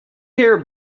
care